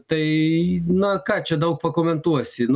tai na ką čia daug pakomentuosi nu